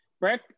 Brett